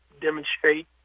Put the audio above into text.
demonstrate